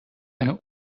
eine